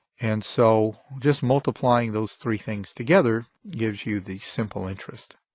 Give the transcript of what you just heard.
and so just multiplying those three things together gives you the simple interest.